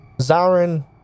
Zarin